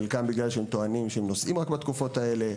חלקם רק כי טוענים שנוסעים רק בתקופת האלה.